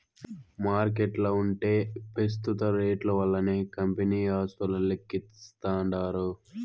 మార్కెట్ల ఉంటే పెస్తుత రేట్లు వల్లనే కంపెనీ ఆస్తులు లెక్కిస్తాండారు